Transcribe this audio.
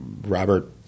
Robert